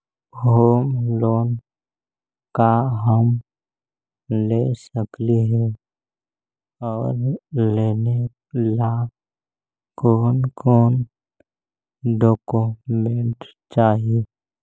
Home loan का हम ले सकली हे, और लेने ला कोन कोन डोकोमेंट चाही?